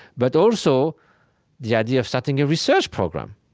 but also the idea of starting a research program,